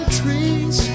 trees